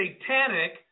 satanic